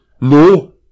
No